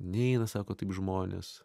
neina sako taip žmonės